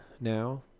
now